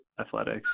athletics